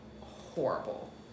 horrible